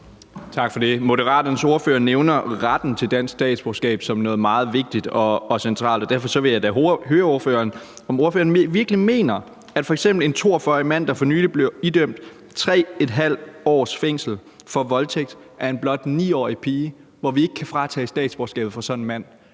Moderaternes ordfører nævner retten til dansk statsborgerskab som noget meget vigtigt og centralt, og derfor vil jeg da høre ordføreren, om han virkelig mener, at f.eks. en 42-årig mand, der for nylig blev idømt 3½ års fængsel for voldtægt af en blot 9-årig pige – og vi kan ikke fratage statsborgerskabet fra sådan en mand